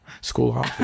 School